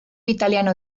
italiano